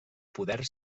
poder